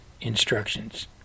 instructions